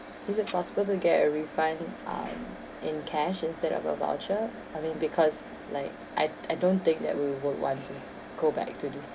is it possible to get a refund um in cash instead of a voucher I mean because like I I don't think that we would want to go back to this